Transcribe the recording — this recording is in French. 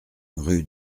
rue